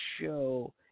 show